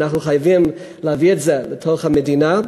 אנחנו חייבים להביא את זה למדינה.